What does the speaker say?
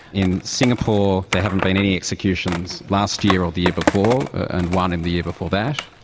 in singapore there haven't been any executions last year or the year before, and one in the year before that.